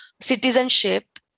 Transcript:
citizenship